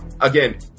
again